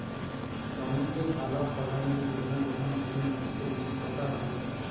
জমিতে ভালো ফলন এর জন্যে যখন বিভিন্ন উদ্ভিদের বীজ পোতা হতিছে